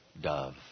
dove